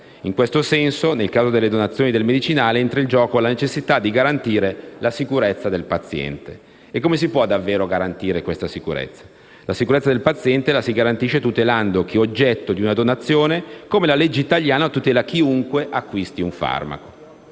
In questo senso, nel caso della donazione del medicinale, entra in gioco la necessità di garantire la scurezza del paziente. E come si può garantire davvero questa sicurezza? La sicurezza del paziente la si garantisce tutelando chi è oggetto di una donazione, come la legge italiana tutela chiunque acquisti un farmaco.